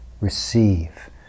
Receive